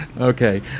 Okay